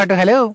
hello